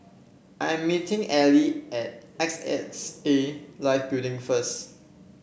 I'm meeting Ally at Life Building first